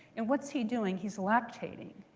and what's he doing? he's lactating.